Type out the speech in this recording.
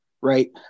right